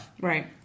right